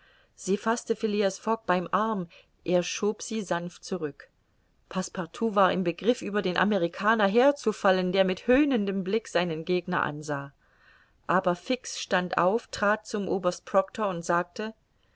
sie faßte phileas fogg beim arm er schob sie sanft zurück passepartout war im begriff über den amerikaner herzufallen der mit höhnendem blick seinen gegner ansah aber fix stand auf trat zum oberst proctor und sagte